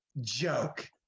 joke